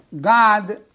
God